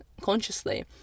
consciously